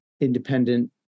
independent